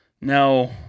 Now